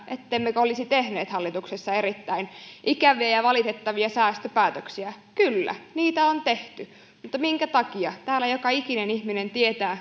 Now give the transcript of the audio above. ettemmekö olisi tehneet hallituksessa erittäin ikäviä ja valitettavia säästöpäätöksiä kyllä niitä on tehty mutta minkä takia täällä joka ikinen ihminen tietää